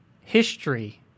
History